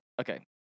okay